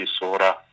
disorder